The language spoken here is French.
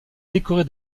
décoré